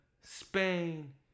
Spain